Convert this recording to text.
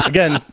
Again